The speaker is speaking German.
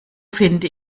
finde